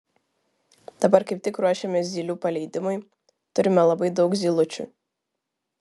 dabar kaip tik ruošiamės zylių paleidimui turime labai daug zylučių